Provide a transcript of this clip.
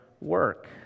work